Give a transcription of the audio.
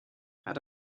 had